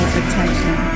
attention